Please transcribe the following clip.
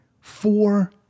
four